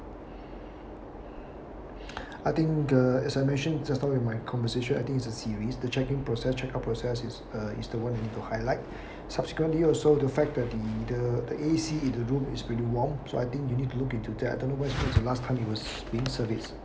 I think the as I mentioned just now in my conversation I think it's a series the check in process checkout process is uh is the one you need to highlight subsequently also the fact that the the the A_C in the room is pretty warm so I think you need to look into that I don't know when is the last time it was being service